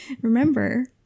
Remember